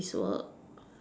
office work